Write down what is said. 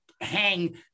hang